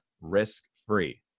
risk-free